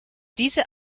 diese